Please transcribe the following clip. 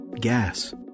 gas